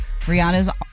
Rihanna's